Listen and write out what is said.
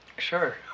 sure